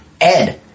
ed